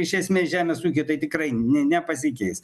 iš esmės žemės ūky tai tikrai ne nepasikeis